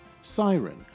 Siren